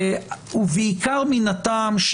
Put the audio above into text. ובעיקר מן הטעם,